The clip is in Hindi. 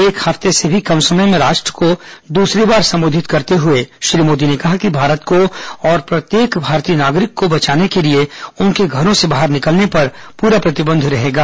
एक हफ्ते से भी कम समय में राष्ट्र को दूसरी बार संबोधित करते हुए श्री मोदी ने कहा कि भारत को और प्रत्येक भारतीय नागरिक को बचाने के लिए उनके घरों से बाहर निकलने पर प्रतिबंध रहेगा